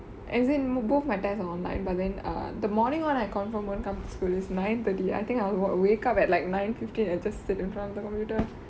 as in my both my test are online but then err the morning one I confirm won't come to school is nine thirty I think I would wha~ wake up at like nine fifteen and just sit in front of the computer